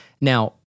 Now